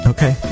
Okay